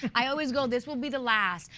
i always go this will be the last.